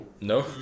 no